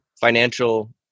financial